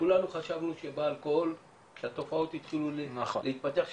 כולנו חשבנו שבאלכוהול כשהתופעות התחילו להתפתח,